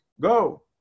go